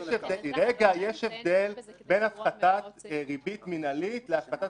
יש הבדל בין הפחתת ריבית מינהלית להפחתת